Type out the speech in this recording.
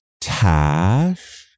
Tash